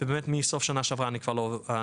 ובאמת מסוף שנה שעברה אני באבטלה.